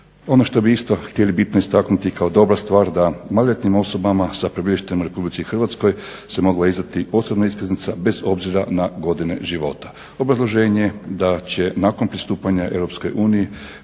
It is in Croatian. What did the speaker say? Ono što bi isto htjeli bitno istaknuti kao dobru stvar da maloljetnim osobama sa prebivalištem u RH se mogla izdati osobna iskaznica bez obzira na godine života. Obrazloženje da će nakon pristupanja EU državljani